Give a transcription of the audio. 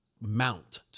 mount